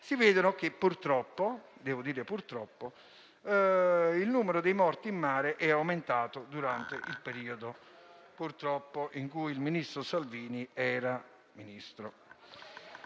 ovvero che - purtroppo, devo dire - il numero dei morti in mare è aumentato durante il periodo in cui il senatore Salvini era Ministro.